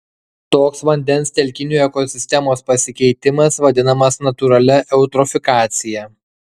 toks vandens telkinių ekosistemos pasikeitimas vadinamas natūralia eutrofikacija